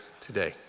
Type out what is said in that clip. today